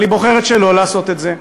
אבל היא בוחרת שלא לעשות את זה.